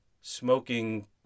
smoking